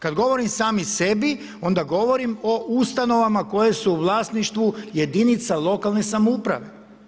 Kad govorim sami sebi onda govorim o ustanovama koje su u vlasništvu jedinica lokalne samouprave.